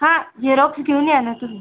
हां झेरॉक्स घेऊन या ना तुम्ही